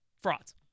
Frauds